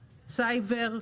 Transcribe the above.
סייבר,